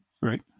Right